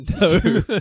No